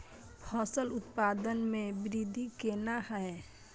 फसल उत्पादन में वृद्धि केना हैं?